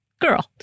Girl